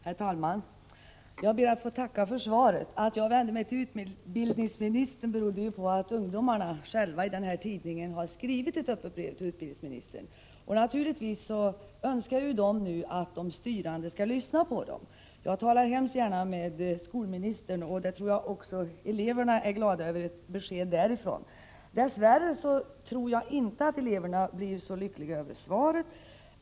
Herr talman! Jag ber att få tacka för svaret. Att jag vände mig till utbildningsministern berodde på att ungdomarna själva i en tidning har skrivit ett öppet brev till utbildningsministern. De önskar naturligtvis att de styrande nu skall lyssna på dem. Jag talar mycket gärna med skolministern, och jag tror att eleverna också är glada för ett besked från honom. Dess värre tror jag inte att eleverna blir så lyckliga över svaret.